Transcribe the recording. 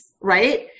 right